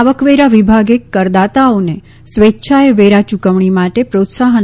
આવકવેરા વિભાગે કરદાતાઓને સ્વેચ્છાએ વેરા ચૂકવણી માટે પ્રોત્સાહન